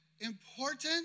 important